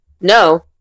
no